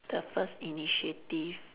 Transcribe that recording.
the first initiative